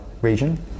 region